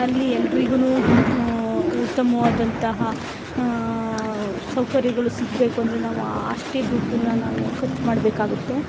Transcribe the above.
ಅಲ್ಲಿ ಎಲ್ರಿಗೂ ಉತ್ತಮವಾದಂತಹ ಸೌಕರ್ಯಗಳು ಸಿಗಬೇಕು ಅಂದರೆ ನಾವು ಆಷ್ಟೇ ದುಡ್ಡನ್ನ ನಾವು ಖರ್ಚ್ ಮಾಡಬೇಕಾಗುತ್ತೆ